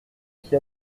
qui